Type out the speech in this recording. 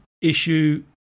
issue